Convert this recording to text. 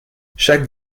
chaque